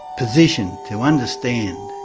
position to understand.